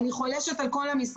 אני חולשת על כל המסגרות.